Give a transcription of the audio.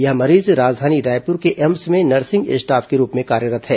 यह मरीज राजधानी रायपुर के एम्स में नर्सिंग स्टाफ के रूप में कार्यरत् है